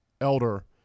Elder